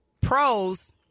pros